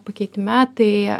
pakeitime tai